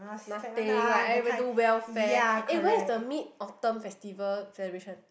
nothing like everybody do welfare eh where is the Mid-Autumn Festival celebration